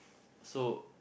so